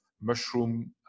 mushroom